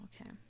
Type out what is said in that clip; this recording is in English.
Okay